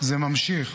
זה ממשיך,